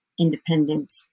independent